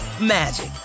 magic